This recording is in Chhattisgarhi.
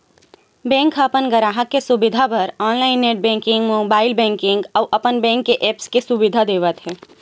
बेंक ह अपन गराहक के सुबिधा बर online net banking, mobile banking अउ अपन बेंक के ऐप्स के सुबिधा देवत हे